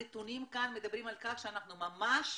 הנתונים כאן מדברים על כך שאנחנו ממש